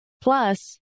Plus